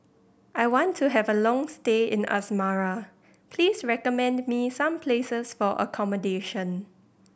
I want to have a long stay in Asmara please recommend me some places for accommodation